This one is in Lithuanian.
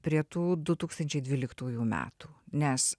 prie tų du tūkstančiai dvyliktųjų metų nes